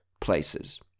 Places